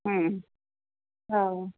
हम्म हा